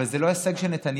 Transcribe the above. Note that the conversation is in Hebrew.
אבל זה לא הישג של נתניהו.